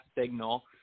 signal